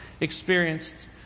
experienced